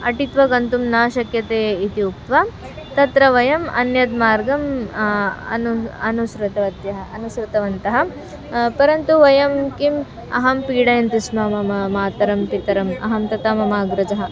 अटित्वा गन्तुं न शक्यते इति उक्त्वा तत्र वयम् अन्यं मार्गम् अनु अनुसृतवन्तः अनुसृतवन्तः परन्तु वयं किम् अहं पीडयन्ति स्म मम मातरं पितरम् अहं तथा मम अग्रजः